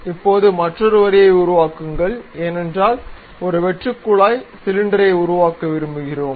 இப்போது மற்றொரு வரியை உருவாக்குங்கள் ஏனென்றால் ஒரு வெற்று குழாய் சிலிண்டரை உருவாக்க விரும்புகிறோம்